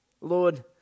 Lord